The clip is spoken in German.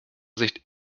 sicht